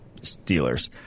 Steelers